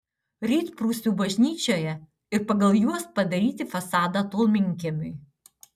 rytprūsių bažnyčioje ir pagal juos padaryti fasadą tolminkiemiui